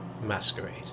masquerade